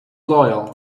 loyal